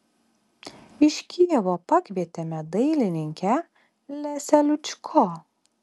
iš kijevo pakvietėme dailininkę lesią lučko